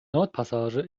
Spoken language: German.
nordpassage